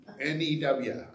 N-E-W